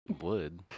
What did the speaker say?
Wood